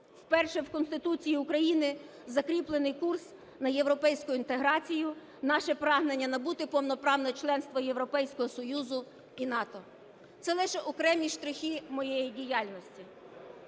Вперше в Конституції України закріплений курс на європейську інтеграцію, наше прагнення набути повноправного членства Європейського Союзу і НАТО. Це лише окремі штрихи моєї діяльності.